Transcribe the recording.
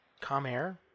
Comair